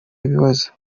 ibibazo